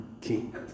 king